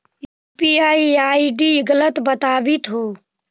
ई UPI ID गलत बताबीत हो